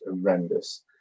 horrendous